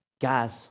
guys